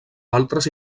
altres